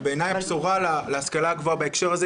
ובעיניי הבשורה להשכלה הגבוהה בהקשר הזה,